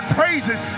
praises